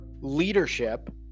leadership